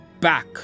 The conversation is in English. back